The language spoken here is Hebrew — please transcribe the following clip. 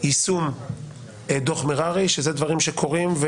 יישום דוח מררי שזה דברים שקורים.